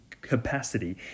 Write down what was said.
capacity